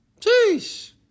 Jeez